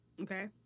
Okay